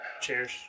Cheers